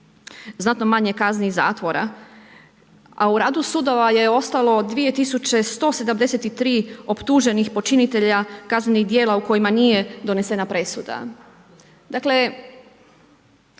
znatno manje kaznih zatvora, a u radu sudova je ostalo 2 tisuće 173 optuženih počinitelja kaznenih djela u kojima nije donesena presuda.